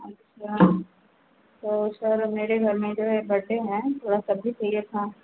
अच्छा तो सर मेरे घर में जो है बड्डे है थोड़ा सब्ज़ी चाहिए था